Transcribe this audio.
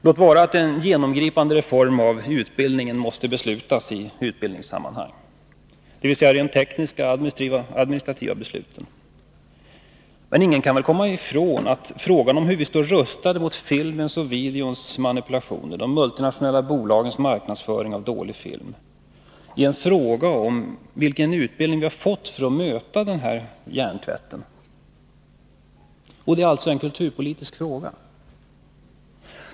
Låt vara att en genomgripande reformering av utbildningen måste beslutas i utbildningssammanhang — dvs. när det gäller de rent tekniska och administrativa besluten — men ingen kan väl komma ifrån att frågan om hur vi står rustade mot filmens och videons manipulationer och de multinationella bolagens marknadsföring av dålig film är en fråga om vilken utbildning vi har fått för att möta denna hjärntvätt. Det är alltså en kulturpolitisk fråga.